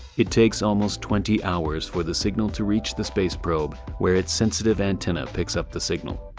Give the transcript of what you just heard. it takes almost twenty hours for the signal to reach the space probe where it's sensitive antenna picks up the signal.